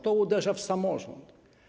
To uderza w samorząd.